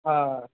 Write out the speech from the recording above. हां